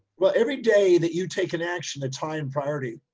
well, every day that you take an action that's high in priority,